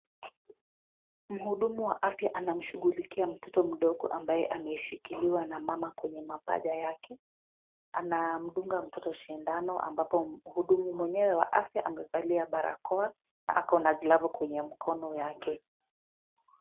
Mhudumu wa afya anamshughulikia mtoto mdogo ambaye ameshikiliwa na mama kwenye mapaja yake. Anamdunga mtoto shindano ambapo mhudumu mwenyewe wa afya amevalia barakoa na ako na glavu kwenye mkono yake.